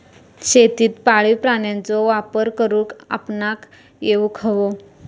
शेतीत पाळीव प्राण्यांचो वापर करुक आपणाक येउक हवो